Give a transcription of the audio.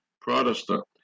protestant